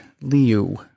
Liu